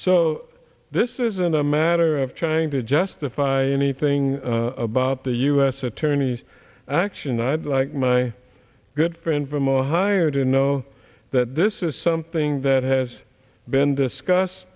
so this isn't a matter of trying to justify anything about the u s attorney's action i'd like my good friend from ohio to know that this is something that has been discuss